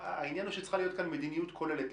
העניין הוא שצריכה להיות כאן מדיניות כוללת.